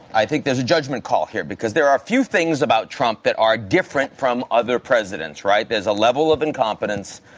i think there's a judgment call here because there are few things about trump that are different from other presidents, right? there's a level of incompetence.